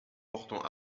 portant